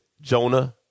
Jonah